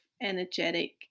energetic